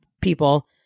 people